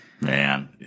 Man